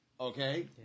okay